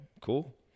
cool